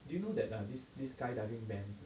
do you know that this this skydiving dance